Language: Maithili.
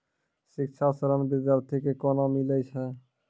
शिक्षा ऋण बिद्यार्थी के कोना मिलै छै?